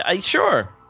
Sure